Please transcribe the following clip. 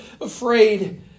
afraid